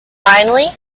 finally